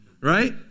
right